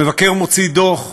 המבקר מוציא דוח,